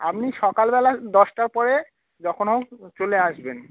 আপনি সকালবেলা দশটার পরে যখন হোক চলে আসবেন